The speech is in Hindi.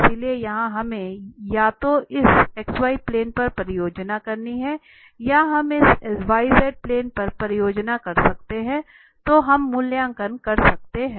इसलिए यहां हमें या तो इस xy प्लेन पर परियोजना करनी है या हम इस yz प्लेन पर परियोजना कर सकते हैं तो हम मूल्यांकन कर सकते हैं